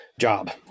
Job